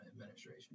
administration